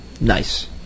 Nice